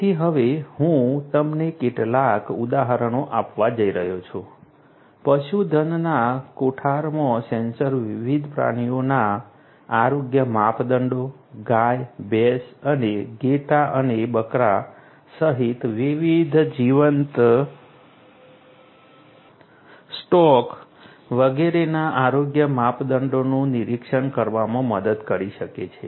તેથી હવે હું તમને કેટલાક ઉદાહરણો આપવા જઈ રહ્યો છું પશુધનના કોઠારમાં સેન્સર વિવિધ પ્રાણીઓના આરોગ્ય માપદંડો ગાય ભેંસ અને ઘેટાં અને બકરા સહિત વિવિધ જીવંત સ્ટોક વગેરેના આરોગ્ય માપદંડોનું નિરીક્ષણ કરવામાં મદદ કરી શકે છે